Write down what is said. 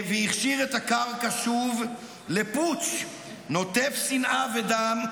והכשיר את הקרקע שוב לפוטש נוטף שנאה ודם,